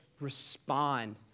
Respond